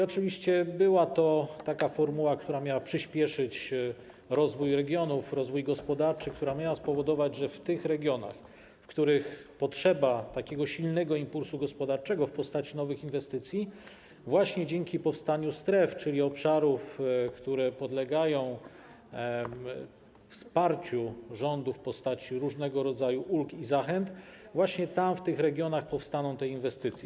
Oczywiście była to taka formuła, która miała przyspieszyć rozwój regionów, rozwój gospodarczy, która miała spowodować, że w tych regionach, w których była potrzeba takiego silnego impulsu gospodarczego w postaci nowych inwestycji, właśnie dzięki powstaniu stref, czyli obszarów, które podlegają wsparciu rządu w postaci różnego rodzaju ulg i zachęt, powstaną te inwestycje.